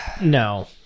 no